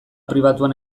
pribatuan